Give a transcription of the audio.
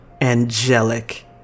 Angelic